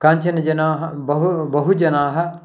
केचन जनाः बहु बहुजनाः